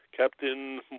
Captain